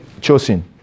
chosen